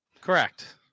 Correct